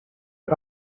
you